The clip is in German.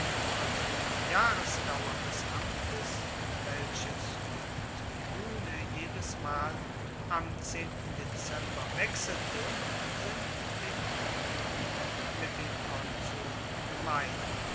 und die jahresdauer des amtes welches fuer die tribune jedesmal am dezember wechselte sind den tribunen mit den konsuln gemein